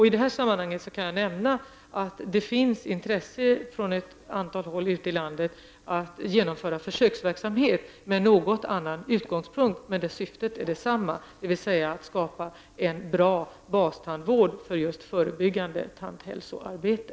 I detta sammanhang kan jag nämna att det finns intresse från ett antal håll ute i landet att genomföra försöksverksamhet med en något annan utgångspunkt men där syftet är detsamma, dvs. att skapa en bra bastandvård för förebyggande tandhälsoarbete.